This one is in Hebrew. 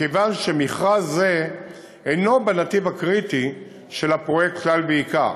מכיוון שמכרז זה אינו בנתיב הקריטי של הפרויקט כלל ועיקר.